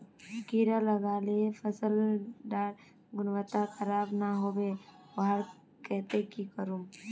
कीड़ा लगाले फसल डार गुणवत्ता खराब ना होबे वहार केते की करूम?